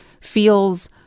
feels